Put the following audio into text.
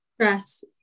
stress